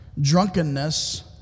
drunkenness